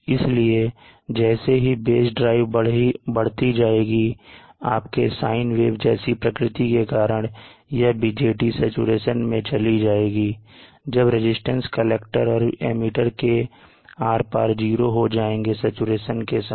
इसलिए जैसे ही बेस ड्राइव बढ़ती जाएगी अपने साइन वेव जैसी प्रकृति के कारण यह BJT सैचुरेशन में चली जाएगी जब रजिस्टेंस कलेक्टर और एमिटर के आर पार 0 हो जाएंगे सैचुरेशन के समय